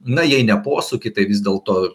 na jei ne posūkį tai vis dėlto